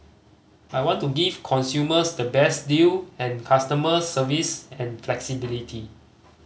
I want to give consumers the best deal and customer service and flexibility